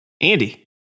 Andy